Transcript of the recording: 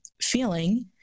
feeling